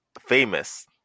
famous